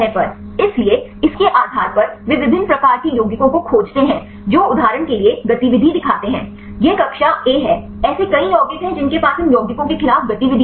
इसलिए इसके आधार पर वे विभिन्न प्रकार के यौगिकों को खोजते हैं जो उदाहरण के लिए गतिविधि दिखाते हैं यह कक्षा ए है ऐसे कई यौगिक हैं जिनके पास इन यौगिकों के खिलाफ गतिविधि है